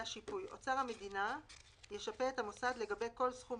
"שיפוי 12. אוצר המדינה ישפה את המוסד לגבי כל סכום